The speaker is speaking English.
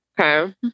Okay